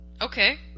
Okay